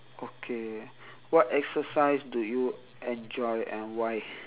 okay what exercise do you enjoy and why